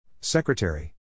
Secretary